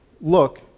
look